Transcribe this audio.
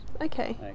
Okay